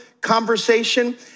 conversation